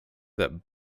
that